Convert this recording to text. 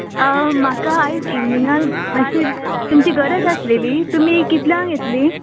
आं म्हाका आयज इवनिंगान माश्शें तुमची गरज आसलेली तुमी कितल्यांग येत्ली